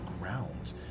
ground